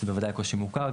בוודאי זה קושי מוכר,